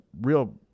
real